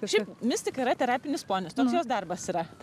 šiaip mistika yra terapinis ponis toks jos darbas yra